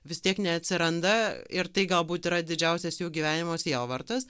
vis tiek neatsiranda ir tai galbūt yra didžiausias jų gyvenimo sielvartas